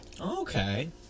Okay